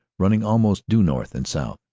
running almost due north and south.